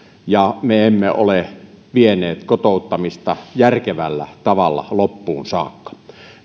ja me emme ole vieneet kotouttamista järkevällä tavalla loppuun saakka